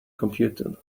computed